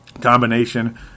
combination